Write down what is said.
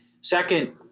Second